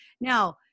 Now